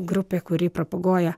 grupė kuri propaguoja